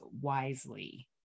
wisely